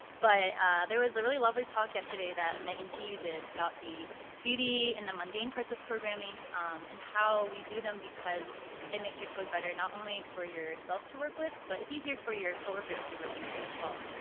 but there was a really lovely talk yesterday that meaghan t did about beauty in the mundane parts of programming and how we do them because it makes your code better not only for yourself to work with but it's easier for your coworkers to be working with as well.